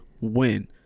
Win